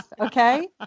okay